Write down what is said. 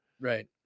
Right